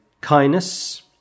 kindness